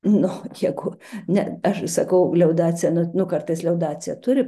nu jeigu ne aš sakau liaudacija nu kartais liaudacija turi